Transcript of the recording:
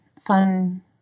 fun